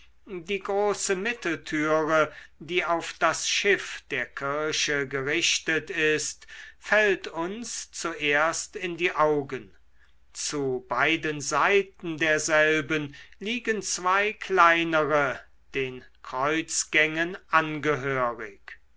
die große mitteltüre die auf das schiff der kirche gerichtet ist fällt uns zuerst in die augen zu beiden seiten derselben liegen zwei kleinere den kreuzgängen angehörig